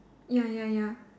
ya ya ya